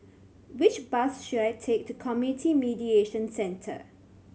which bus should I take to Community Mediation Centre